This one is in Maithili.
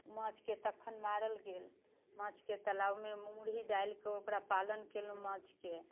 माछके तखन मारल गेल माछके तलाबमे मुरही डालिके ओकरा पालन कयलहुँ माछके